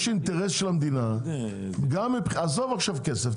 יש אינטרס של המדינה, עזוב עכשיו כסף.